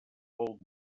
old